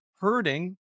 hurting